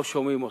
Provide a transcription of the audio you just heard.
לא שומעים אתכם,